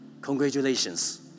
congratulations